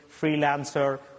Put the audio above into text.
freelancer